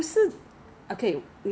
sheet mask did you buy sheet mask